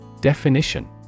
Definition